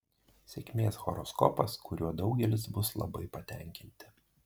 sėkmės horoskopas kuriuo daugelis bus labai patenkinti